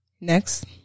next